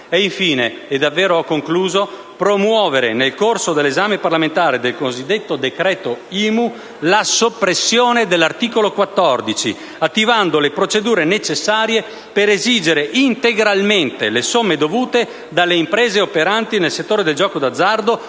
Infine, bisognerebbe promuovere nel corso dell'esame parlamentare del cosiddetto decreto IMU la soppressione dell'articolo 14, attivando le procedure necessarie per esigere integralmente le somme dovute dalle imprese operanti nel settore del gioco d'azzardo